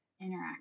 interact